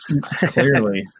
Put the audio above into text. Clearly